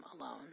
alone